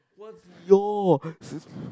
what's your